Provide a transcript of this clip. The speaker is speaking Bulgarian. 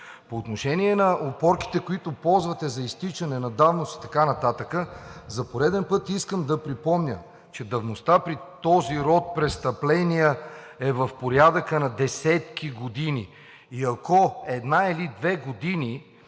По отношение на опорките, които ползвате за изтичане на давност и така нататък, за пореден път искам да припомня, че давността при този род престъпления е в порядъка на десетки години. Ако една или две години